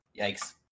Yikes